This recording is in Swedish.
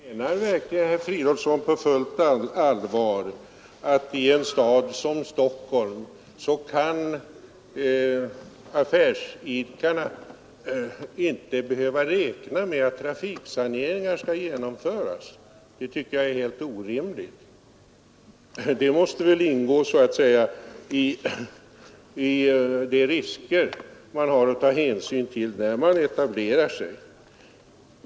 Herr talman! Menar verkligen herr Fridolfsson på fullt allvar att affärsidkarna i en stad som Stockholm inte skall behöva räkna med att trafiksaneringar kan komma att genomföras? Det tycker jag är helt orimligt. Det måste så att säga ingå i de risker man har att ta hänsyn till när man etablerar sig.